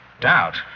Doubt